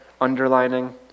underlining